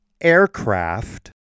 aircraft